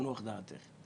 תנוח דעתך.